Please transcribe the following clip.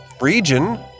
region